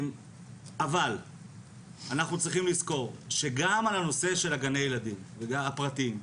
אבל אנחנו צריכים לזכור שגם על הנושא של גני הילדים הפרטיים,